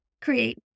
create